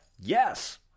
yes